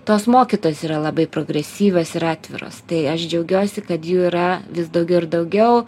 tos mokytojos yra labai progresyvios ir atviros tai aš džiaugiuosi kad jų yra vis daugiau ir daugiau